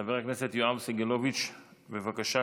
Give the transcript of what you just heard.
חבר הכנסת יואב סגלוביץ', בבקשה.